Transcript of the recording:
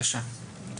בבקשה.